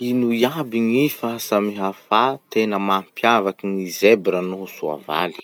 Ino iaby gny fahasamihafa tena mampiavaky gny zebra noho soavaly?